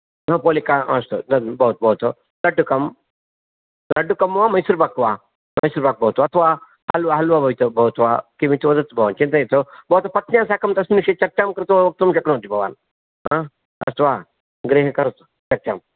पुनःपोलिका अस्तु भवतु भवतु लड्डुकं लड्डुकं वा मैसूर् पाक् वा मैसूर् पाक् भवतु अथवा हल्वा हल्वा भवितु भवतु वा किमिति वदतु भवान् चिन्तयतु भवतः पत्न्या साकं तस्मिन् विषये चर्चांं कृत्वा वक्तुं शक्नोति भवान् अस्तु वा गृहे करोतु सत्यं